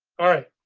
alright,